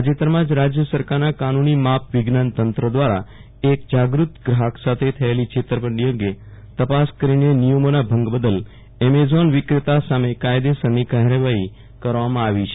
તાજેતરમાં જ રાજ્ય સરકારના કાનૂની માપ વિજ્ઞાન તંત્ર દ્વારા એક જાગૃત ગ્રાહક સાથે થયેલી છેતરપીંડી અંગે તપાસ કરીને નિયમોના ભંગ બદલ એમેઝોન વીક્રેતા સામે કાયદેસરની કાર્યવાહી કરવામાં આવી છે